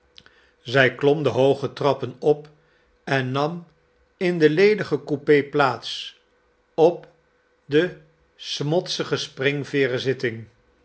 zij klom de hooge trappen op en nam in de ledige coupé plaats op de smotsige springveeren zitting